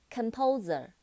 Composer